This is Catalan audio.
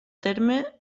terme